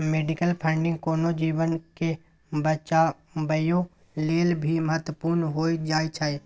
medical funding कोनो जीवन के बचाबइयो लेल भी महत्वपूर्ण हो जाइ छइ